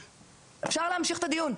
אפשר להמשיך את הדיון,